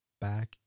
back